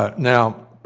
ah now,